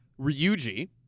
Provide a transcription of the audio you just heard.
Ryuji